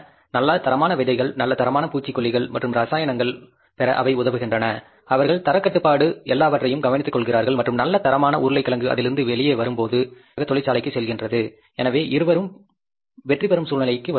நல்ல தரமான விதைகள் நல்ல தரமான பூச்சிக்கொல்லிகள் மற்றும் ரசாயனங்கள் பெற அவை உதவுகின்றன அவர்கள் தரக் கட்டுப்பாடு எல்லாவற்றையும் கவனித்துக்கொள்கிறார்கள் மற்றும் நல்ல தரமான உருளைக்கிழங்கு அதிலிருந்து வெளியே வரும்போது நேரடியாக தொழிற்சாலைக்குச் செல்கிறது எனவே இருவரும் வெற்றி பெரும் சூழ்நிலைக்கு வருகிறார்கள்